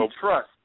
Trust